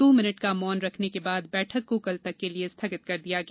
दो मिनट का मौन रखने के बाद बैठक को कल तक के लिए स्थगित कर दिया गया